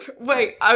Wait